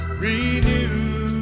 renew